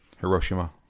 Hiroshima